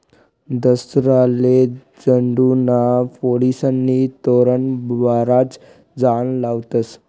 दसराले झेंडूना फुलेस्नं तोरण बराच जण लावतस